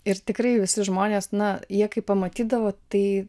ir tikrai visi žmonės na jie kai pamatydavo tai